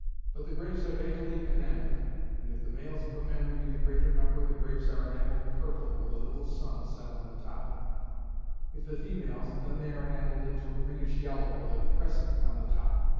but the grapes are daintily enamelled and if the males of the family be the greater number, the grapes are enamelled purple, with a little sun set on the top if the females, then they are enamelled into a greenish yellow, with a crescent on the top.